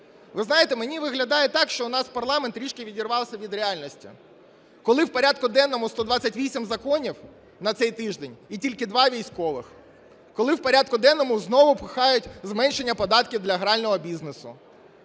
Ви знаєте, мені виглядає так, що у нас парламент трішки відірвався від реальності: коли в порядку денному 128 законів на цей тиждень і тільки два військових, коли в порядку денному знову пхають зменшення податків для грального бізнесу,